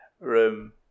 room